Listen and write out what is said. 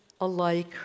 alike